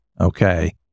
Okay